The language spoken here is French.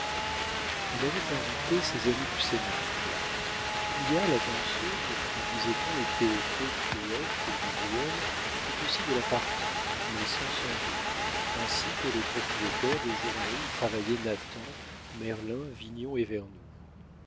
il avait invité ses amis du cénacle tullia la danseuse qui disait-on était peu cruelle pour du bruel fut aussi de la partie mais sans son duc ainsi que les propriétaires des journaux où travaillaient nathan merlin vignon et vernou les